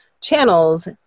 channels